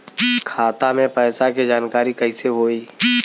खाता मे पैसा के जानकारी कइसे होई?